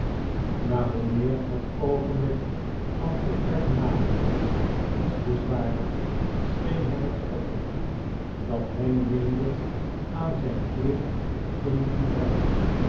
maar hoe meer het oogenblik van vertrek naderde des te zwaarder scheen hem het offer dat hij meende aan zijn plicht te moeten brengen